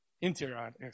Interior